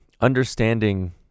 understanding